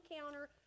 counter